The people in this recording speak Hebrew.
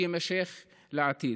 שיימשך לעתיד.